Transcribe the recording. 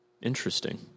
Interesting